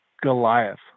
Goliath